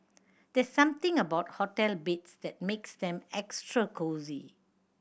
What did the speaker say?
there's something about hotel beds that makes them extra cosy